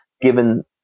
given